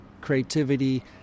creativity